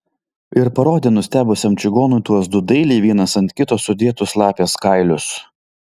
ir parodė nustebusiam čigonui tuos du dailiai vienas ant kito sudėtus lapės kailius